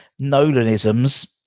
Nolanisms